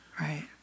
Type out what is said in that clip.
Right